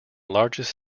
largest